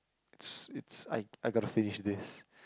it's it's I I gotta finish this